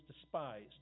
despised